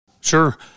Sure